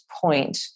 point